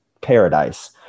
paradise